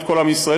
את כל עם ישראל,